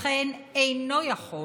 לכן הוא אינו יכול,